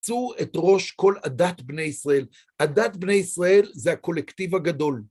רצו את ראש כל הדת בני ישראל. הדת בני ישראל זה הקולקטיב הגדול.